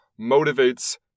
motivates